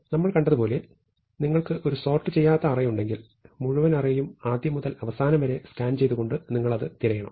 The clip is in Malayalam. നമ്മൾ കണ്ടതുപോലെ നിങ്ങൾക്ക് ഒരു സോർട് ചെയ്യാത്ത അറേ ഉണ്ടെങ്കിൽ മുഴുവൻ അറേയും ആദ്യം മുതൽ അവസാനം വരെ സ്കാൻ ചെയ്തുകൊണ്ട് നിങ്ങൾ അത് തിരയണം